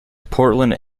portland